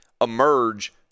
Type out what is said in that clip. emerge